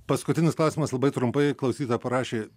paskutinis klausimas labai trumpai klausytoja parašė